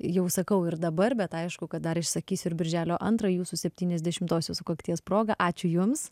jau sakau ir dabar bet aišku kad dar išsakysiu ir birželio antrą jūsų septyniasdešimtosios sukakties proga ačiū jums